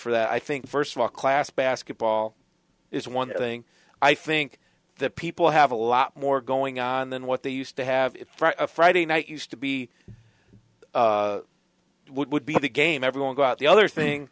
for that i think first of all class basketball is one thing i think that people have a lot more going on than what they used to have it's a friday night used to be would be the game everyone got the other thing